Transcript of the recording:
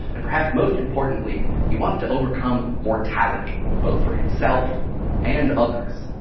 and perhaps most importantly, he wants to overcome mortality both for himself and others.